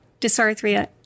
dysarthria